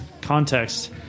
context